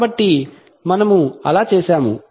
కాబట్టి మనము అలా చేస్తాము